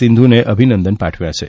સિંધુને અભિનંદન પાઠવ્યા છે